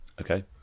Okay